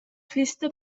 festa